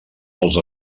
dels